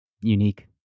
unique